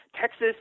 texas